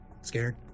Scared